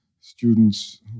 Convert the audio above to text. students